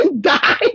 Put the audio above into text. die